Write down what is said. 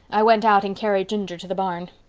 i went out and carried ginger to the barn.